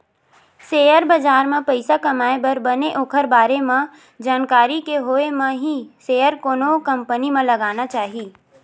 share बजार म पइसा कमाए बर बने ओखर बारे म जानकारी के होय म ही सेयर कोनो कंपनी म लगाना चाही